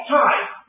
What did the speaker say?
time